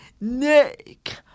Nick